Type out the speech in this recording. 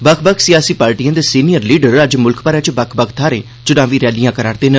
बक्ख बक्ख सियासी पार्टिएं दे सीनियर लीडर अज्ज मुल्ख भरै च बक्ख बक्ख थाहें चुनावी रैलियां करा' रदे न